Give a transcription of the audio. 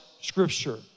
scripture